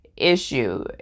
issue